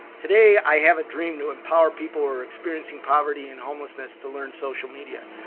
today, i have a dream to empower people who are experiencing poverty and homelessness to learn social media.